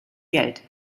geld